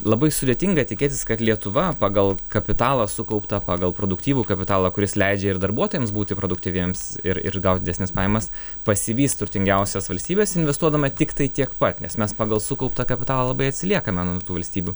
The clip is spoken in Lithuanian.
labai sudėtinga tikėtis kad lietuva pagal kapitalą sukauptą pagal produktyvų kapitalą kuris leidžia ir darbuotojams būti produktyviems ir ir gaut didesnes pajamas pasivys turtingiausias valstybes investuodama tiktai tiek pat nes mes pagal sukauptą kapitalą labai atsiliekame nuo tų valstybių